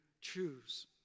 choose